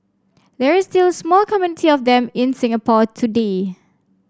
there is still small community of them in Singapore today